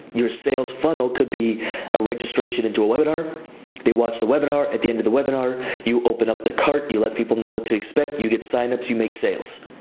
your sales funnel could be a registration into a webinar. they watch the webinar, at the end of the webinar, you open up the cart, you let people know what to expect, you get signed up to make sales.